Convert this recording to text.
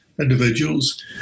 individuals